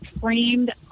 framed